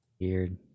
Weird